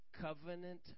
covenant